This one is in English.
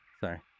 Sorry